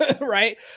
Right